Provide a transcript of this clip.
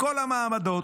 מכל המעמדות,